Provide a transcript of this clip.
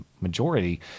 majority